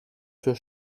für